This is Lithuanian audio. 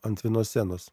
ant vienos scenos